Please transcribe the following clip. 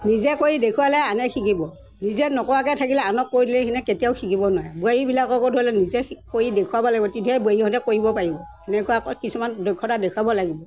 নিজে কৰি দেখুৱালেহে আনে শিকিব নিজে নকৰাকৈ থাকিলে আনক কৰি দিলে সিহঁতে কেতিয়াও শিকিব নোৱাৰে বোৱাৰীবিলাককো ধৰি লওক নিজে কৰি দেখুৱাব লাগিব তেতিয়হে বোৱাৰীহঁতে কৰিব পাৰিব সেনেকুৱা কিছুমান দক্ষতা দেখুৱাব লাগিব